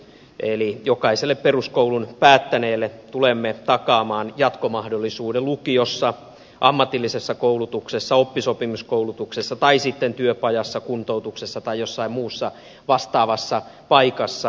eli jokaiselle peruskoulun päättäneelle tulemme takaamaan jatkomahdollisuuden lukiossa ammatillisessa koulutuksessa oppisopimuskoulutuksessa tai sitten työpajassa kuntoutuksessa tai jossain muussa vastaavassa paikassa